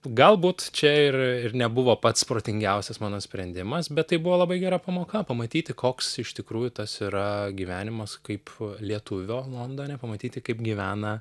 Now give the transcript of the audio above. galbūt čia ir ir nebuvo pats protingiausias mano sprendimas bet tai buvo labai gera pamoka pamatyti koks iš tikrųjų tas yra gyvenimas kaip lietuvio londone pamatyti kaip gyvena